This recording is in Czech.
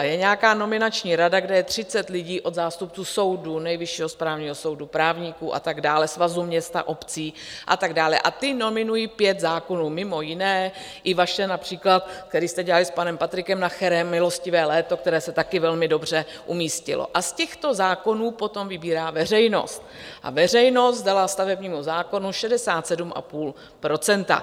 Je nějaká nominační rada, kde je třicet lidí od zástupců soudů, Nejvyššího správního soudu, právníků a tak dále, Svazu měst a obcí a tak dále, a ti nominují pět zákonů, mimo jiné i váš například, který jste dělali s panem Patrikem Nacherem, milostivé léto, které se také velmi dobře umístilo, a z těchto zákonů potom vybírá veřejnost a veřejnost dala stavebnímu zákonu 67,5 %.